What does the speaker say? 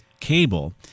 cable